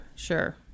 Sure